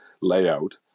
layout